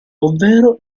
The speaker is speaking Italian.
ovvero